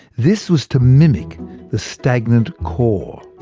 this was to mimic the stagnant core.